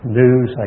news